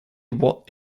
what